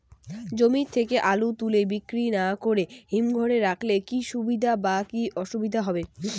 জমি থেকে আলু তুলে বিক্রি না করে হিমঘরে রাখলে কী সুবিধা বা কী অসুবিধা হবে?